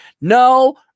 No